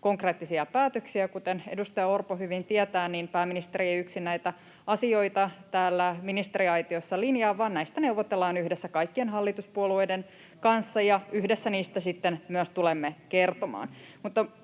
konkreettisia päätöksiä. Kuten edustaja Orpo hyvin tietää, pääministeri ei yksin näitä asioita täällä ministeriaitiossa linjaa, vaan näistä neuvotellaan yhdessä kaikkien hallituspuolueiden kanssa, ja yhdessä niistä sitten tulemme myös kertomaan.